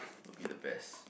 would be the best